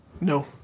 No